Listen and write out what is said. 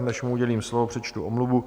Než mu udělím slovo, přečtu omluvu.